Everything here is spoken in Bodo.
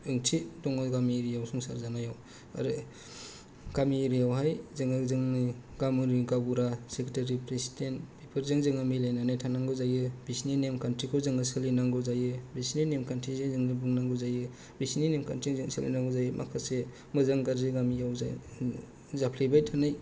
ओंथि दङ गामि एरिया संसार जानायाव आरो गामि एरिया यावहाय जोङो जोंनि गामिनि गावबुरा सेक्रेटारि प्रेसिडेन्ट बेफोरजों जोङो मिलायनानै थानांगौ जायो बिसिनि नेम खान्थिखौ जोङो सोलिनानै थांनांगौ जायो बिसिनि नेम खान्थिजों जोङो बुंनांगौ जायो बिसिनि नेम खान्थिजों जों सोलिनांगौ जायो माखासे मोजां गाज्रि गामियाव जाय जाफ्लेबाय थानाय